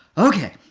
ok.